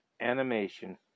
animation